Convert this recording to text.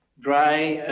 dry